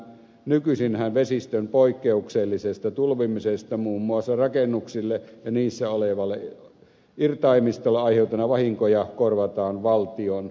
nykyisinhän vesistön poikkeuksellisesta tulvimisesta muun muassa rakennuksille ja niissä olevalle irtaimistolle aiheutuneita vahinkoja korvataan valtion varoista